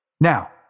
Now